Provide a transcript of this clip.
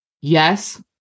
Yes